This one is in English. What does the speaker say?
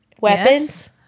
weapons